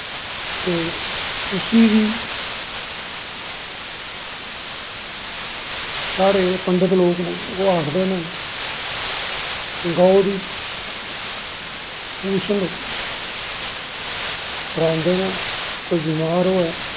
ते उसी बी साढ़े पंडत लोग न ओह् आखदे न गौ दी पूशल फड़ांदे न कोई बमार होऐ